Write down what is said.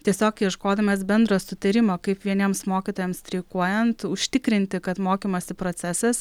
tiesiog ieškodamas bendro sutarimo kaip vieniems mokytojams streikuojant užtikrinti kad mokymosi procesas